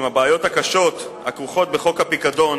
עם הבעיות הקשות הכרוכות בחוק הפיקדון